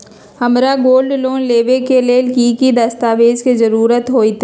हमरा gold loan लेबे के लेल कि कि दस्ताबेज के जरूरत होयेत?